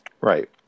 Right